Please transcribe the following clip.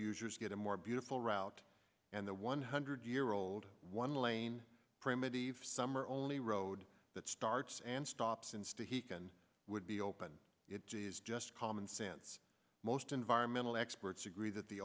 users get a more beautiful route and the one hundred year old one lane primitive summer only road that starts and stops instead he can would be open it g s just common sense most environmental experts agree that the